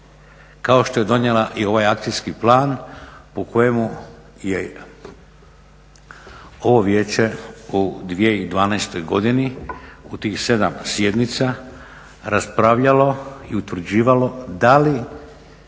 kao što je donijela i ovaj akcijski plan po kojemu je ovo vijeće u 2012. godini u tih 7 sjednica raspravljao i utvrđivalo da li